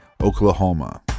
Oklahoma